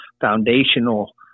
foundational